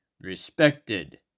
Respected